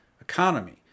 economy